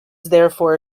therefore